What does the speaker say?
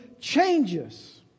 changes